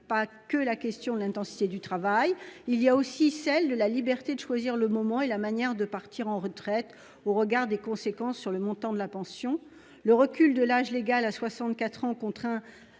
pas seulement la question de l'intensité du travail, mais aussi celle de la liberté de choisir le moment et la manière de partir à la retraite, au regard des conséquences sur le montant de la pension. Le recul de l'âge légal à 64 ans contraint